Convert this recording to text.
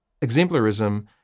exemplarism